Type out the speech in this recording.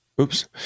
Oops